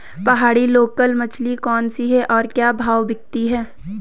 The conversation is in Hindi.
पहाड़ी लोकल मछली कौन सी है और क्या भाव बिकती है?